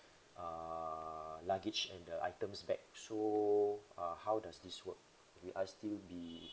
uh luggage and the items back so uh how does this work will I still be